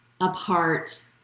apart